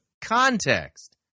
context